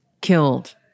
killed